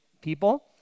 people